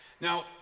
Now